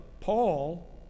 Paul